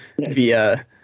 via